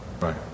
Right